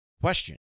question